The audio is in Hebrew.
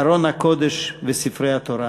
ארון הקודש וספרי התורה.